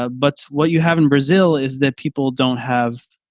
ah but what you have in brazil is that people don't have